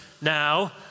now